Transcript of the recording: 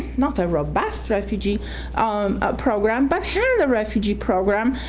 not a robust refugee program, but had a refugee program